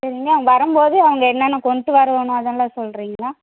சரிங்க வரம்போது அவங்க என்னான கொண்டுட்டு வரணும் அதெல்லாம் சொல்லுறீங்களா